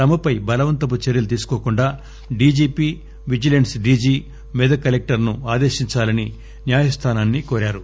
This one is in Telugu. తమపై బలవంతపు చర్యలు తీసుకోకుండా డీజీపీ విజిలెన్స్ డీజీ మెదక్ కలెక్టర్ను ఆదేశించాలని న్యాయస్థానాన్ని కోరారు